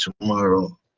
tomorrow